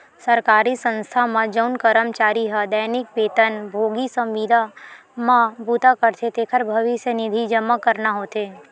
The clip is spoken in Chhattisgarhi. सरकारी संस्था म जउन करमचारी ह दैनिक बेतन भोगी, संविदा म बूता करथे तेखर भविस्य निधि जमा करना होथे